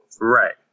Right